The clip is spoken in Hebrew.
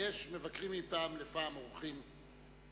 יש מבקרים מפעם לפעם, אורחים.